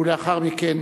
ולאחר מכן,